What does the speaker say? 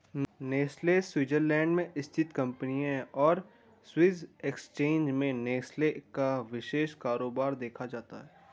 Nestle Switzerland में स्थित company है और स्विस एक्सचेंज में नेस्ले का विशेष कारोबार देखा जाता है